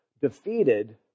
defeated